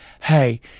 hey